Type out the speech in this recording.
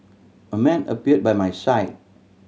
a man appeared by my side